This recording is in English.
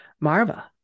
Marva